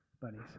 Buddies